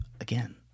again